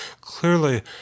clearly